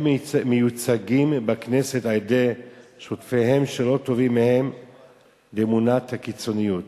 הם מיוצגים בכנסת על-ידי שותפיהם שלא טובים מהם לאמונות הקיצוניות.